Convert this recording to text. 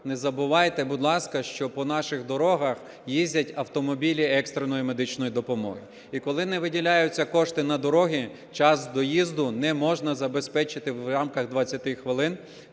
не забувайте, будь ласка, що по наших дорогах їздять автомобілі екстреної медичної допомоги. І коли не виділяються кошти на дороги, час доїзду не можна забезпечити в рамках 20 хвилин,